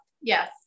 yes